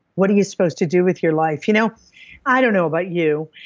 what are you supposed to do with your life. you know i don't know about you,